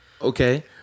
Okay